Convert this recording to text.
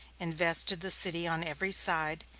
invested the city on every side,